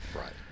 Right